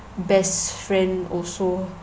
best friend also